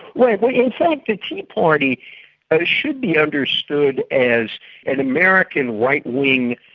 right. well in fact the tea party and should be understood as an american right wing,